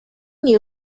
new